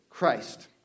Christ